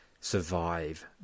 survive